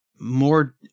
more